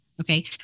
Okay